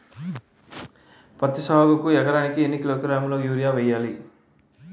పత్తి సాగుకు ఎకరానికి ఎన్నికిలోగ్రాములా యూరియా వెయ్యాలి?